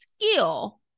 skill